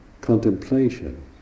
contemplation